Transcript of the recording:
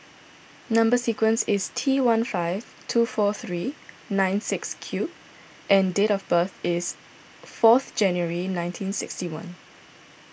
Number Sequence is T one five two four three nine six Q and date of birth is fourth January nineteen sixty one